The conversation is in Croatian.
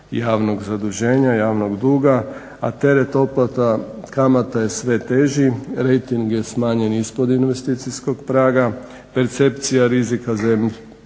javnog zaduženja, javnog duga, a teret otplata kamata je sve teži, rejting je smanjen ispod investicijskog praga, percepcija rizika zemlje